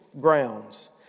grounds